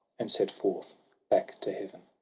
and set forth back to heaven.